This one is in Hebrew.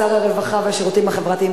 שר הרווחה והשירותים החברתיים,